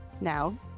Now